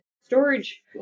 storage